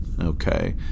okay